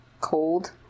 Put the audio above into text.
cold